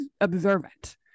observant